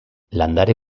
landare